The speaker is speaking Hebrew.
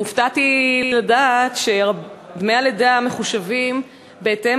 הופתעתי לדעת שדמי הלידה מחושבים בהתאם